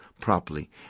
properly